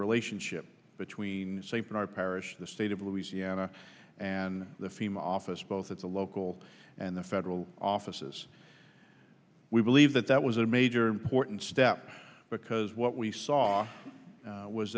relationship between st bernard parish the state of louisiana and the fim office both at the local and the federal offices we believe that that was a major important step because what we saw